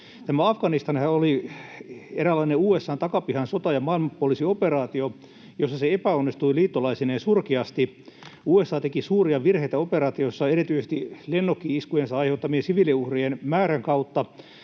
Afganistanhan oli eräänlainen USA:n takapihan sota ja maailmanpoliisioperaatio, jossa se liittolaisineen epäonnistui surkeasti. USA teki suuria virheitä operaatiossa erityisesti lennokki-iskujensa aiheuttamien siviiliuhrien määrän kautta,